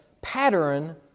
pattern